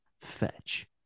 fetch